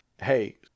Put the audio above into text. hey